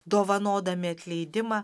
dovanodami atleidimą